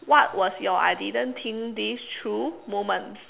what was your I didn't think this through moment